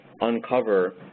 uncover